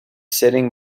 sitting